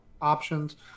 options